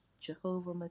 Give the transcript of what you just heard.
Jehovah